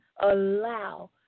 allow